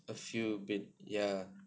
a few bit ya